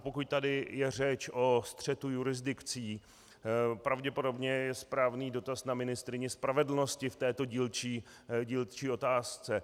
Pokud tady je řeč o střetu jurisdikcí, pravděpodobně je správný dotaz na ministryni spravedlnosti v této dílčí otázce.